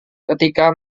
ketika